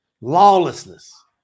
lawlessness